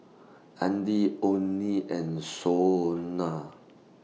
Addie Onnie and Shonna